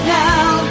now